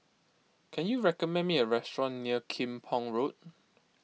can you recommend me a restaurant near Kim Pong Road